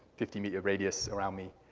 fifty meter radius around me.